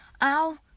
I'll—